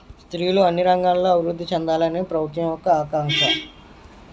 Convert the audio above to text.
స్త్రీలు అన్ని రంగాల్లో అభివృద్ధి చెందాలని ప్రభుత్వం యొక్క ఆకాంక్ష